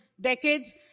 decades